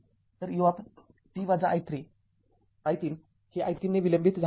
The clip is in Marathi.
तर हे ut i ३ हे i ३ ने विलंबित झाले आहे